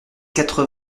quatre